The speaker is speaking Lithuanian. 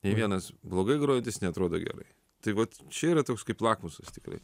nei vienas blogai grojantis neatrodo gerai tai vat čia yra toks kaip lakmusas tikrai